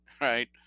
right